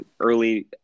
early